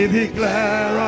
declare